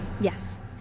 Yes